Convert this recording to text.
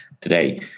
today